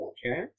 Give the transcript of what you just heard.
Okay